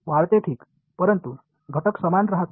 वाढते ठीक परंतु घटक समान राहतो